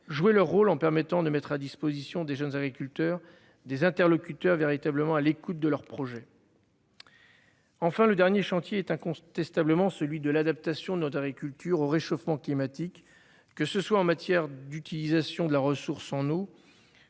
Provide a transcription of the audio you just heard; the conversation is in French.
jouer leur rôle en permettant de mettre à disposition des jeunes agriculteurs des interlocuteurs véritablement à l'écoute de leurs projets. Enfin le dernier chantier est incontestablement celui de l'adaptation de notre agriculture au réchauffement climatique. Que ce soit en matière d'utilisation de la ressource en eau.